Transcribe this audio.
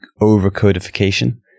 over-codification